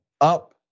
up